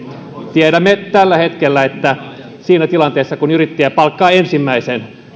tiedämme että tällä hetkellä siinä tilanteessa kun yrittäjä palkkaa ensimmäisen